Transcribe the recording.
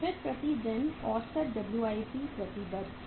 फिर प्रति दिन औसत WIP प्रतिबद्ध है